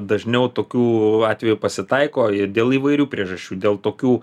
dažniau tokių atvejų pasitaiko ir dėl įvairių priežasčių dėl tokių